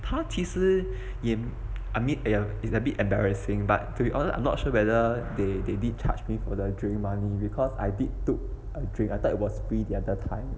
他即使也 I mean it's abit embarrassing but to be honest I'm not sure whether they they did charge me for the drink money because I did took a drink I thought it was free the other time